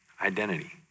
identity